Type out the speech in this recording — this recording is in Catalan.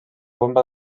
bomba